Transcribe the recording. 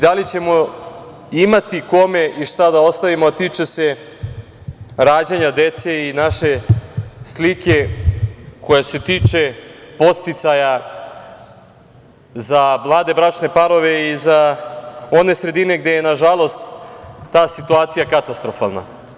Da li ćemo imati kome i šta da ostavimo, a tiče se rađanja dece i naše slike koja se tiče podsticaja za mlade bračne parove i za one sredine gde je nažalost ta situacija katastrofalna.